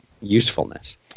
usefulness